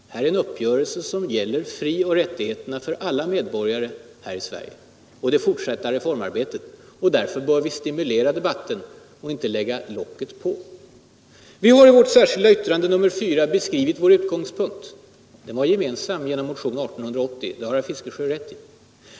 Det här är en uppgörelse som gäller frioch rättigheterna för alla medborgare här i landet och det fortsatta reformarbetet. Därför bör vi stimulera debatten och inte lägga på locket. Vi har i vårt särskilda yttrande, nr 4, beskrivit vår utgångspunkt. Herr Fiskesjö har rätt när han säger att den var gemensam med motionen 1880.